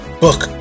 Book